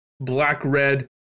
black-red